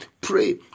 Pray